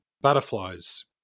butterflies